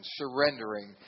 surrendering